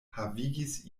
havigis